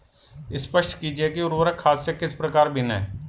स्पष्ट कीजिए कि उर्वरक खाद से किस प्रकार भिन्न है?